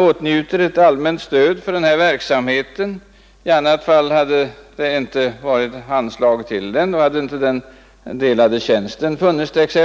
åtnjuta ett allmänt stöd för den här verksamheten, i annat fall hade det inte varit något anslag till den och då hade inte den delade tjänsten funnits t.ex.